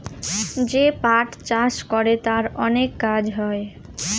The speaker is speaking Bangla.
যে পাট চাষ করে তার অনেক কাজ হয়